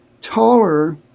taller